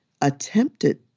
attempted